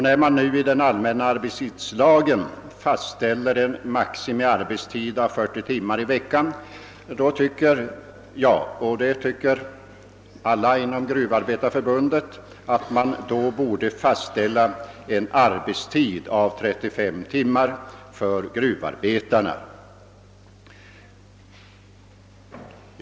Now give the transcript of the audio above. När det nu i den allmänna arbetstidslagen fastställs en maximiarbetstid av 40 timmar i veckan tycker jag — och alla inom Gruvindustriarbetareförbundet — att en arbetstid av 35 timmar i veckan borde fastställas för gruvarbetarna.